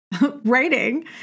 writing